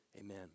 Amen